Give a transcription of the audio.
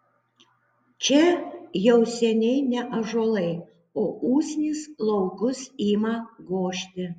čia jau seniai ne ąžuolai o usnys laukus ima gožti